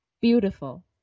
Beautiful